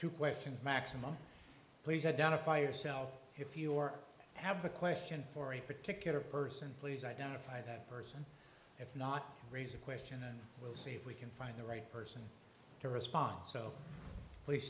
two questions maximum please identify yourself if your have a question for a particular person please identify that person if not raise a question and we'll see if we can find the right person to respond so please